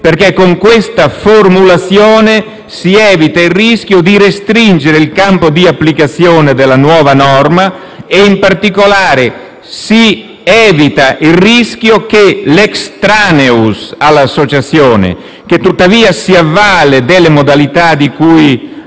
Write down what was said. perché con la sua formulazione si evita il rischio di restringere il campo di applicazione della nuova norma e il rischio che l'*extraneus* all'associazione, che tuttavia si avvale delle modalità di cui